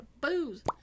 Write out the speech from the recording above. booze